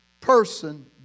person